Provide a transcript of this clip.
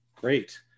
Great